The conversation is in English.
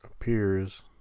appears